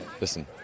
listen